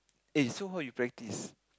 eh so how you practise